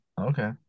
okay